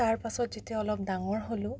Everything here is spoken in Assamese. তাৰপাছত যেতিয়া অলপ ডাঙৰ হ'লো